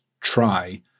try